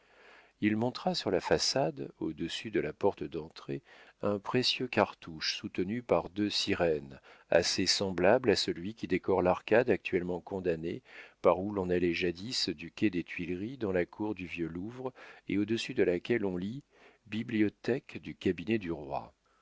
il montra sur la façade au-dessus de la porte d'entrée un précieux cartouche soutenu par deux sirènes assez semblable à celui qui décore l'arcade actuellement condamnée par où l'on allait jadis du quai des tuileries dans la cour du vieux louvre et au-dessus de laquelle on lit bibliothèque du cabinet du roi